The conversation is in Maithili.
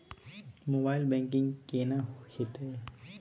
मोबाइल बैंकिंग केना हेते?